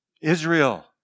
Israel